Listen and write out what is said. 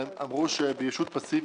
אמרו שבישות פסיבית,